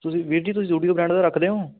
ਤੁਸੀਂ ਵੀਰ ਜੀ ਤੁਸੀਂ ਜ਼ੁਡੀਓ ਬਰੈਂਡ ਦਾ ਰੱਖਦੇ ਹੋ